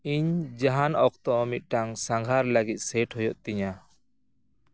ᱤᱧ ᱡᱟᱦᱟᱱ ᱚᱠᱛᱚ ᱢᱤᱫᱴᱟᱝ ᱥᱟᱸᱜᱷᱟᱨ ᱞᱟᱹᱜᱤᱫ ᱥᱮᱴ ᱦᱩᱭᱩᱜᱛᱤᱧᱟᱹ